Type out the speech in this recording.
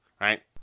right